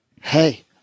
hey